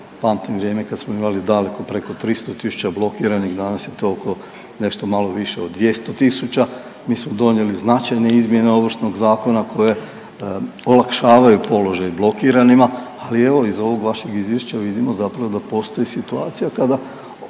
pamtim vrijeme kad smo imali daleko preko 300 tisuća blokiranih, danas je to nešto malo više od 200 tisuća. Mi smo donijeli značajne izmjene Ovršnog zakona koje olakšavaju položaj blokiranima, ali evo iz ovog vašeg izvješća vidimo zapravo da postoji situacija kada